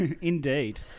indeed